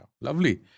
Lovely